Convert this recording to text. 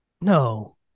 No